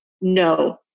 no